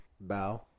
Bow